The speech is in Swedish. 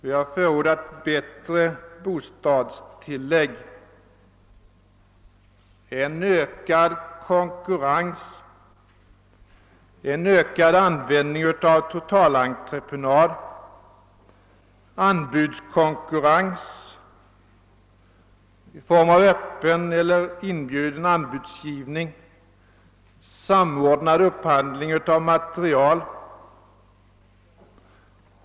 Vi har förordat bättre bostadstillägg, ökad konkurrens, ökad användning av totalentreprenader, anbudskonkurrens i form av öppen eller inbjuden anbudsgivning och samordnad upphandling av material.